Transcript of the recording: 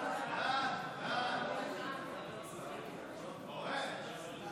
ההצעה להעביר את הצעת חוק שירות המדינה (מינויים)